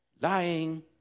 lying